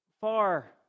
far